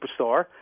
superstar